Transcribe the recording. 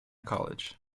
college